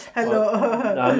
Hello